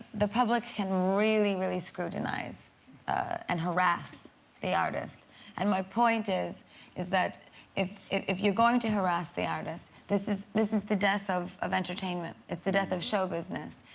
the public can really really scrutinize and harass the artists and my point is is that if if you're going to harass the artists this is this is the death of of entertainment. it's the death of show business,